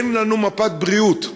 אין לנו מפת בריאות,